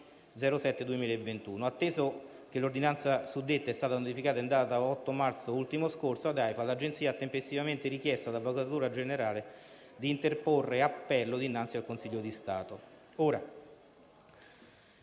2021. Atteso che l'ordinanza suddetta è stata notificata in data 8 marzo ultimo scorso ad AIFA, l'Agenzia ha tempestivamente richiesto all'Avvocatura generale di interporre appello dinanzi al Consiglio di Stato.